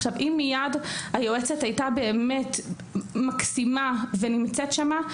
היועצת הייתה באמת מקסימה ונמצאת שם.